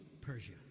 Persia